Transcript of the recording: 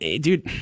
dude